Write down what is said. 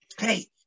Hey